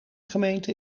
gemeente